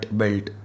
belt